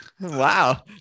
Wow